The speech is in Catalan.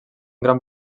gran